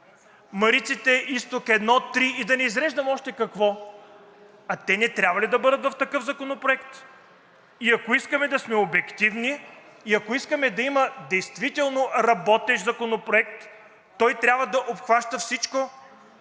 „Марица изток“ 1, 3 и да не изреждам още какво, а те не трябва ли да бъдат в такъв законопроект? И ако искаме да сме обективни, и ако искаме да има действително работещ законопроект, той трябва да обхваща всичко,